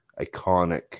iconic